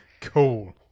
Cool